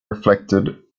reflected